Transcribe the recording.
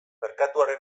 merkatuaren